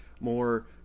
more